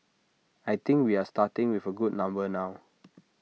I think we are starting with A good number now